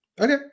Okay